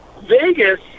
Vegas